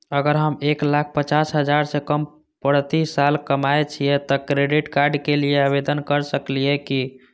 अगर हम एक लाख पचास हजार से कम प्रति साल कमाय छियै त क्रेडिट कार्ड के लिये आवेदन कर सकलियै की?